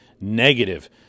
negative